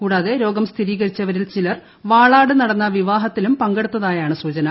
കൂടാതെ രോഗം സ്ഥിരീകരിച്ചവരിൽ ചിലർ വാളാട് നടന്ന വിവാഹത്തിലും പങ്കെടുത്തതായാണ് സൂചന